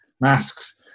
masks